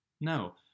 No